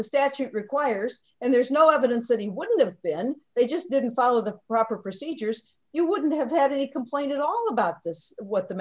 the statute requires and there's no evidence that he wouldn't have been they just didn't follow the proper procedures you wouldn't have had a complaint at all about what the